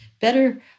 better